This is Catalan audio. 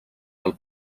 del